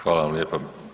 Hvala vam lijepo.